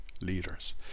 leaders